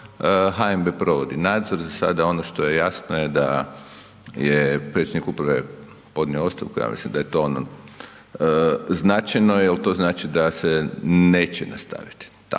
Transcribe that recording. HNB provodi nadzor, za sada ono što je jasno je da je predsjednik uprave podnio ostavku, ja mislim da je to značajno jel to znači da se neće nastaviti